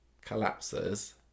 collapses